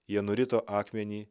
jie nurito akmenį